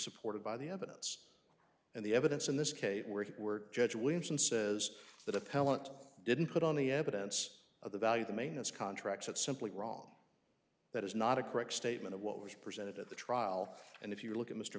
supported by the evidence and the evidence in this case where he were judge williamson says that appellant didn't put on the evidence of the value the maintenance contracts that simply wrong that is not a correct statement of what was presented at the trial and if you look at mr